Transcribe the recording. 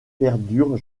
perdure